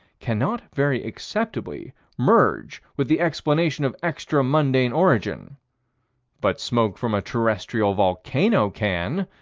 cannot very acceptably merge with the explanation of extra-mundane origin but smoke from a terrestrial volcano can,